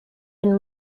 wenn